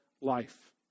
life